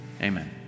amen